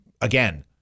again